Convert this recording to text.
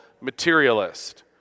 materialist